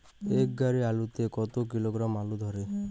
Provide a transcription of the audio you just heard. এক গাড়ি আলু তে কত কিলোগ্রাম আলু ধরে?